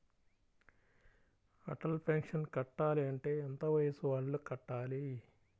Atal pension కట్టాలి అంటే ఎంత వయసు వాళ్ళు కట్టాలి?